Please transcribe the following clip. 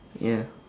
ya